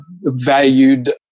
valued